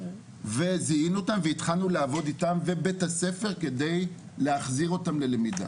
וזיהינו אותם והתחלנו לעבוד איתם ובית-הספר כדי להחזיר אותם ללמידה.